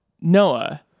Noah